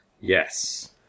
Yes